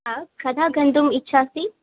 आ कदा गन्तुम् इच्छा अस्ति